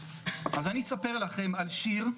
אני אספר לכם על שיר,